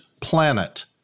planet